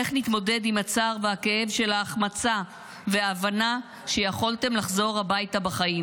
איך נתמודד עם הצער והכאב של ההחמצה וההבנה שיכולתם לחזור הביתה בחיים?